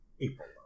April